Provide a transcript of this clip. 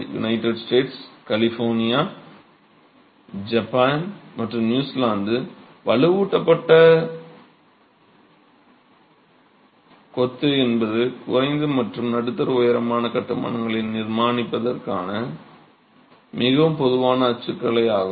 United States California Japan மற்றும் New Zealand வலுவூட்டப்பட்ட கொத்து என்பது குறைந்த மற்றும் நடுத்தர உயரமான கட்டுமானங்களை நிர்மாணிப்பதற்கான மிகவும் பொதுவான அச்சுக்கலை ஆகும்